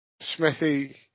Smithy